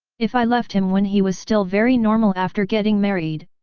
if i left him when he was still very normal after getting married,